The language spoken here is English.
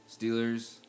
Steelers